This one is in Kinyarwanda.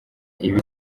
iba